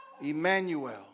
Emmanuel